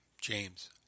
James